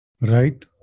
Right